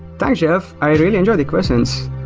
thanks, jeff. i really enjoyed the questions.